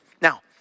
Now